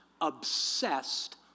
obsessed